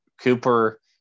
Cooper